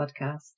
podcast